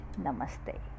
Namaste